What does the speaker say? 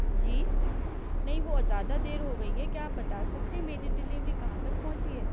جی نہیں وہ زیادہ دیر ہو گئی ہے کیا آپ بتا سکتے ہیں میری ڈیلیوری کہاں تک پہنچی ہے